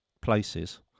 places